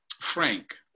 frank